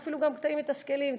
היו אפילו קטעים מתסכלים,